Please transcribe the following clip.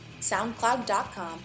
SoundCloud.com